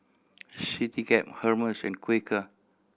Citycab Hermes and Quaker